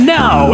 now